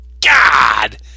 god